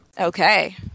Okay